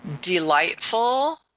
delightful